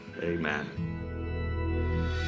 Amen